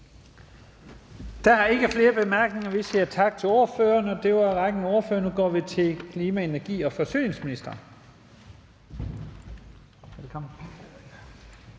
Der er ikke flere korte bemærkninger. Vi siger tak til ordføreren. Det var ordførerrækken, og nu går vi til klima-, energi-, og forsyningsministeren.